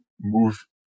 move